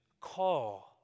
call